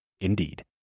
Indeed